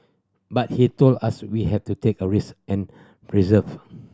but he told us we have to take a risk and persevere